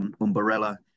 umbrella